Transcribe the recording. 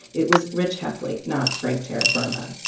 it was rich heffley, not frank terraferma